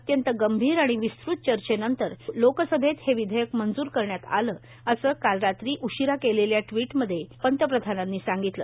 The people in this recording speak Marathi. अत्यंत गंभीर आणि विस्तृत चर्चेनंतर लोकसभेत हे विधेयक मंजूर करण्यात आलं असं काल रात्री उशीरा केलेल्या टविटमध्ये पंतप्रधानांनी सांगितलं